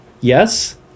yes